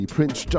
Prince